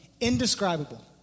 Indescribable